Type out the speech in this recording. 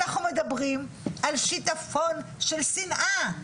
אנחנו מדברים על שטפון של שנאה.